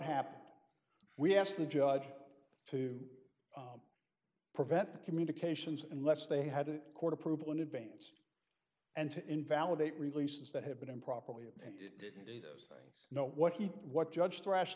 happened we asked the judge to prevent the communications and less they had a court approval in advance and to invalidate releases that had been improperly if it didn't do those things you know what he what judge thrash